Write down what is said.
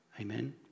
Amen